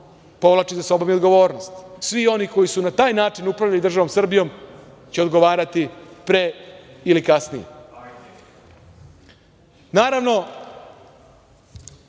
povlači za sobom i odgovornost. Svi oni koji su na taj način upravljali državom Srbijom će odgovarati pre ili kasnije. Naravno,